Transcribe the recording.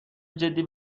جدی